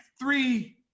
three